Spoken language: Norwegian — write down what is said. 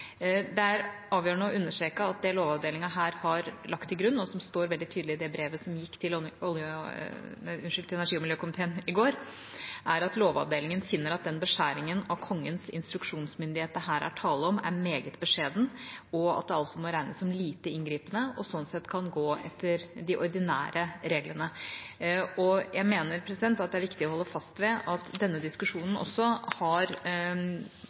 Det er avgjørende å understreke at det Lovavdelingen her har lagt til grunn, og som står veldig tydelig i det brevet som gikk til energi- og miljøkomiteen i går, er at Lovavdelingen finner at «den beskjæringen av Kongens instruksjonsmyndighet det her er tale om, blir meget beskjeden», at det må regnes som «lite inngripende», og sånn sett kan gå etter de ordinære reglene. Jeg mener det er viktig å holde fast ved at denne diskusjonen også har